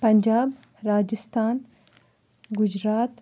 Punjab Rajasthan Gujarat